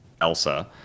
Elsa